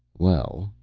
well.